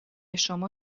شما